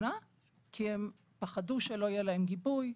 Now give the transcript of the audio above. כי הם פחדו שלא יהיה להם גיבוי,